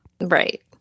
Right